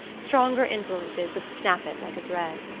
stronger influences would snap it like a thread.